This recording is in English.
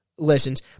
Listens